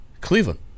Cleveland